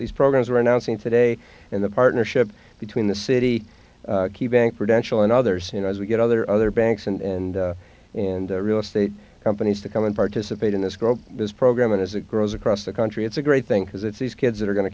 these programs we're announcing today and the partnership between the city key bank credential and others you know as we get other other banks and and real estate companies to come and participate in this grow this program and as it grows across the country it's a great thing because it's these kids that are going to